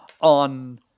on